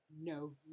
No